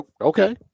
Okay